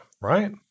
right